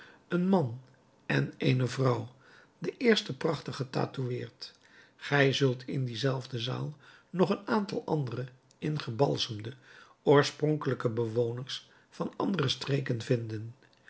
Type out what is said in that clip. een man en eene vrouw de eerste prachtig getatoueerd gij zult in die zelfde zaal nog een aantal andere ingebalsemde oorspronkelijke bewoners van andere streken vinden